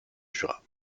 jura